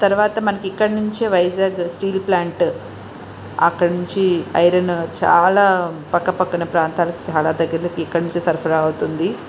తరువాత మనకి ఇక్కడ నుంచే వైజాగ్ స్టీల్ ప్లాంట్ అక్కడ నుంచి ఐరన్ చాలా పక్క పక్కన ప్రాంతాలకి చాలా దగ్గర్లకి ఇక్కడి నుంచే సరఫరా అవుతుంది